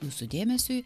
jūsų dėmesiui